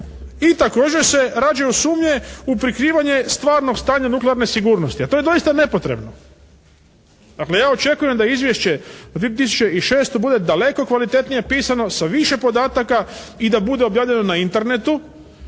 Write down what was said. i također se rađaju sumnje u prikrivanje stvarnog stanja nuklearne sigurnosti, a to je doista nepotrebno. Dakle ja očekujem da izvješće 2006. bude daleko kvalitetnije pisano sa više podataka i da bude objavljeno na Internetu